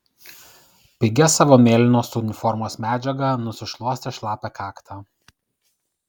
pigia savo mėlynos uniformos medžiaga nusišluostė šlapią kaktą